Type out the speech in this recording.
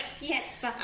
yes